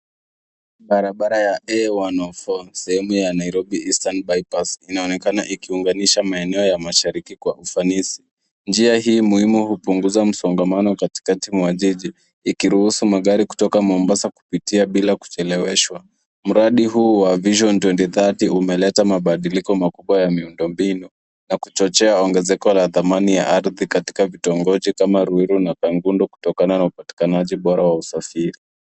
Barabara ya A104 sehemu ya Nairobi eastern bypass, inaonekana ikiunganisha maeneo ya mashariki kwa ufanisi. Njia hii muhimu hupunguza msongamano katikati mwa jiji ikiruhusu magari kutoka mombasa kupitia bila kucheleweshwa. Mradi huu wa vision 2030 umeleta mabadiliko makubwa ya miundombinu na kuchochea ongezeko la thamani ya ardhi katika kitongoji kama Ruiru na Kangundo kutokana na upatikanaji bora wa usafiri.